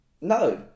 No